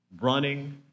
running